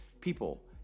people